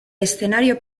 escenario